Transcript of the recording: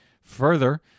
Further